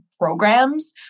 programs